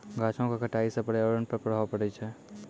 गाछो क कटाई सँ पर्यावरण पर प्रभाव पड़ै छै